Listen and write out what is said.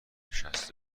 شصت